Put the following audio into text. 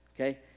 okay